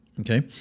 Okay